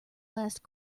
last